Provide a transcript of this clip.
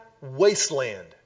wasteland